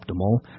optimal